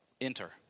Enter